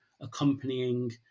accompanying